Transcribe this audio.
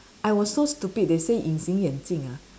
I was so stupid they say 隐形眼镜 ah